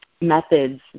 methods